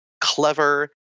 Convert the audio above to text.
clever